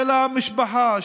של המשפחה,